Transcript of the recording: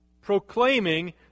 Proclaiming